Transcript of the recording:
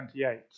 28